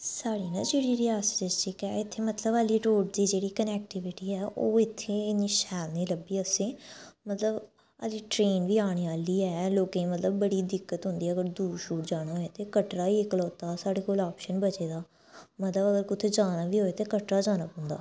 साढ़ी ना जेह्ड़ी रियासी डिस्ट्रिक ऐ इत्थें मतलब अल्ली रोड़ दी जेह्ड़ी कनैक्टविटी ऐ ओह् इत्थें इन्नी शैल नेईं लब्भी असें मतलब अल्ली ट्रेन बी आने आह्ली ऐ लोकें मतलब बड़ी दिक्कत होंदियां अगर दूर शूर जाना होऐ ते कटरा ई इकलौता साढ़े कोल ऑप्शन बचे दा मतलब अगर कुतै जाना बी होऐ ते कटरा जाना पौंदा